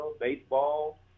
baseball